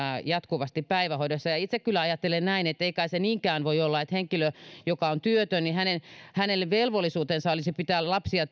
jatkuvasti päivähoidossa itse kyllä ajattelen näin että ei kai se niinkään voi olla että henkilön joka on työtön velvollisuus olisi pitää lapsia